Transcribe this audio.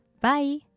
Bye